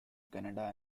canada